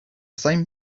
same